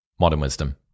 modernwisdom